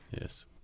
yes